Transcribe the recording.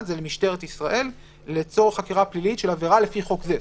למשטרת ישראל לצורך חקירה פלילית של עבירה לפי חוק זה.